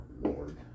lord